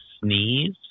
sneeze